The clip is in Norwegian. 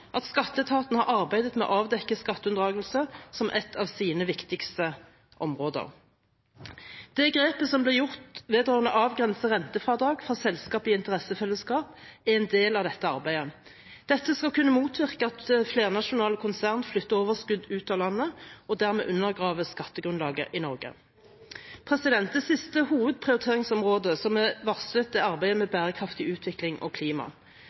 at Skatteetaten har arbeidet med å avdekke skatteunndragelse som et av sine viktigste områder. Det grepet som ble gjort for å avgrense rentefradrag for selskap i interessefellesskap, er en del av dette arbeidet. Dette skal kunne motvirke at flernasjonale konsern flytter overskudd ut av landet og dermed undergraver skattegrunnlaget i Norge. Det siste hovedprioriteringsområdet som er varslet, er arbeidet med bærekraftig utvikling og klima.